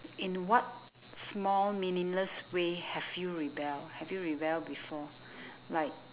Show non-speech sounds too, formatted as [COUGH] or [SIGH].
in what small meaningless way have you rebel have you rebel before [BREATH] like